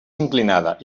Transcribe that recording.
inclinada